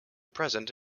present